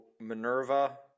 Minerva